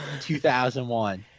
2001